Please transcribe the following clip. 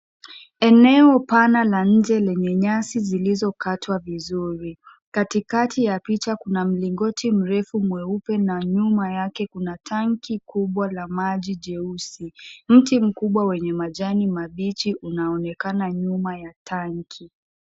Eneo Pana la nje lenye nyasi zilizokatwa vizuri. Kati kati ya picha kuna mlingoti mrefu mweupe na nyuma yake kuna tanki kubwa la maji jeusi. Mti mkubwa wenye majani mabichi unaonekana nyuma ya tanki.